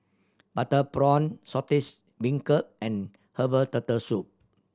butter prawn Saltish Beancurd and herbal Turtle Soup